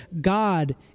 God